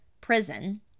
prison